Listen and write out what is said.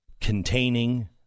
containing